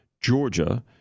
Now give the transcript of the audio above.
Georgia